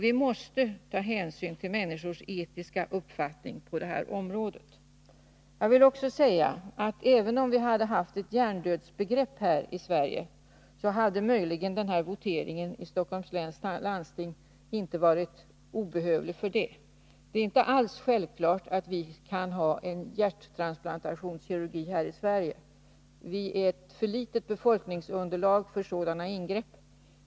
Vi måste ta hänsyn till människors etiska uppfattning på detta område. Även om vi hade haft ett hjärndödsbegrepp här i Sverige, hade voteringen i Stockholms län landsting kanske ändå inte blivit obehövlig. Det är inte alls självklart att vi kan ha en hjärttransplantationskirurgi här i Sverige. Vårt befolkningsunderlag är för litet för sådana ingrepp.